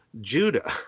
Judah